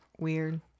weird